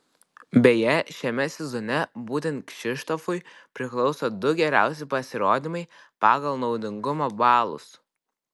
beje šiame sezone būtent kšištofui priklauso du geriausi pasirodymai pagal naudingumo balus